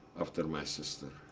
after my sister.